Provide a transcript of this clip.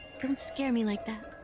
um scare me like that.